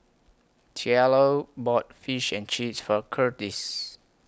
Cielo bought Fish and Chips For Kurtis